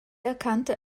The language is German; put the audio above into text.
erkannte